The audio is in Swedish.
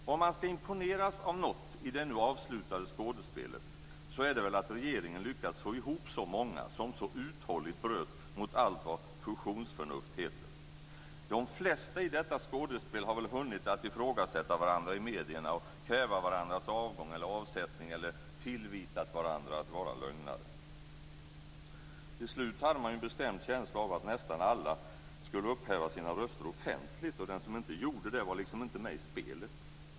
Om man ska imponeras av något i det nu avslutade skådespelet, är det att regeringen lyckats få ihop så många som så uthålligt bröt mot allt vad fusionsförnuft heter. De flesta i detta skådespel har väl hunnit att ifrågasätta varandra i medierna, kräva varandras avgång, avsättning eller tillvitat varandra att vara lögnare. Till slut hade man en bestämd känsla av att nästan alla skulle upphäva sina röster offentligt. Den som inte gjorde det var inte med i spelet.